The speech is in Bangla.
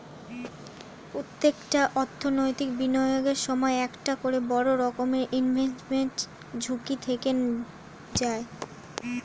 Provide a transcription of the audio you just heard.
প্রত্যেকটা অর্থনৈতিক বিনিয়োগের সময় একটা করে বড় রকমের ইনভেস্টমেন্ট ঝুঁকি থেকে যায়